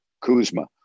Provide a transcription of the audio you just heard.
Kuzma